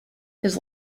his